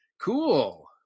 Cool